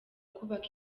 kubaka